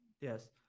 Yes